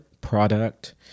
product